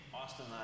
Austin